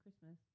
Christmas